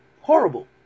horrible